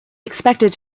expected